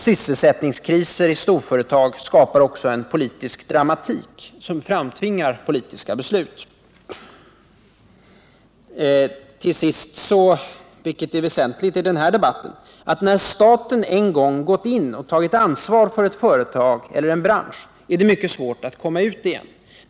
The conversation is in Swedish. Sysselsättningskriser i storföretag skapar också en politisk dramatik som framtvingar politiska beslut. Till sist, och det är väsentligt i den här debatten: När staten en gång gått in och tagit ansvar för ett företag eller en bransch är det mycket svårt att komma ut igen.